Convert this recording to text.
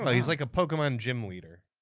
he's like a pokemon gym leader.